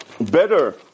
better